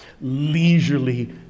leisurely